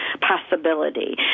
possibility